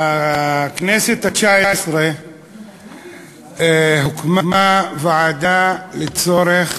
בכנסת התשע-עשרה הוקמה ועדה לצורך